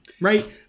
right